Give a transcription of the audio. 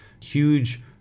huge